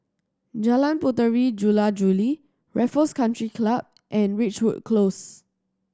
Jalan Puteri Jula Juli Raffles Country Club and Ridgewood Close